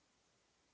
Hvala.